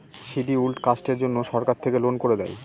scheduled কাস্টের জন্য সরকার থেকে লোন করে দেয়